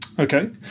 Okay